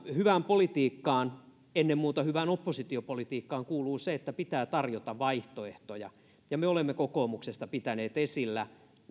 hyvään politiikkaan ennen muuta hyvään oppositiopolitiikkaan kuuluu se että pitää tarjota vaihtoehtoja ja me olemme kokoomuksesta pitäneet esillä alkuvuoden